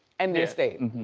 end this state,